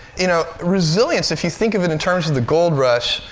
you know, resilience if you think of it in terms of the gold rush,